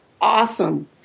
awesome